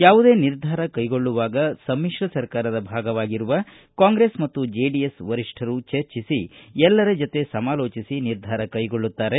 ಯಾವುದೇ ನಿರ್ಧಾರ ಕೈಗೊಳ್ಳುವಾಗ ಸಮಿತ್ರ ಸರ್ಕಾರದ ಭಾಗವಾಗಿರುವ ಕಾಂಗ್ರೆಸ್ ಮತ್ತು ಜೆಡಿಎಸ್ ವರಿಷ್ಠರು ಚರ್ಚಿಸಿ ಎಲ್ಲರ ಜತೆ ಸಮಾಲೋಚಿಸಿ ನಿರ್ಧಾರ ಕೈಗೊಳ್ಳಲಾಗುತ್ತದೆ